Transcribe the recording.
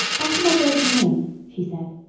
after my breaking in, she said,